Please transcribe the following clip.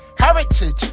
Heritage